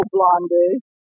Blondie